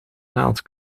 naald